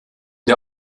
der